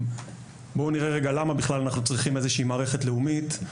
בואו נראה למה אנחנו בכלל אנחנו צריכים איזושהי מערכת לאומית.